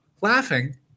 laughing